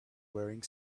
wearing